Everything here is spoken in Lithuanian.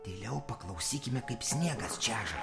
tyliau paklausykime kaip sniegas čeža